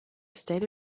state